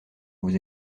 vous